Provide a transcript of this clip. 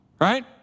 Right